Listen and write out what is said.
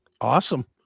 Awesome